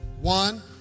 One